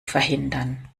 verhindern